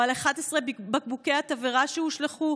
או על 11 בקבוקי התבערה שהושלכו,